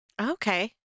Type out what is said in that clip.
Okay